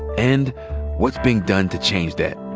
and what's being done to change that.